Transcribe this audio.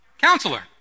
counselor